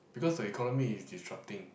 because the economy is disrupting